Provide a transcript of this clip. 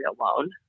alone